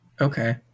Okay